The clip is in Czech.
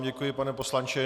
Děkuji vám, pane poslanče.